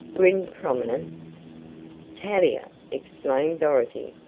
grin prominent tavia! exclaimed dorothy,